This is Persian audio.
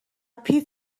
پیت